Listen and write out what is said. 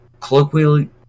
colloquially